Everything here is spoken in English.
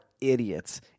idiots